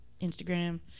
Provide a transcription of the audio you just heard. Instagram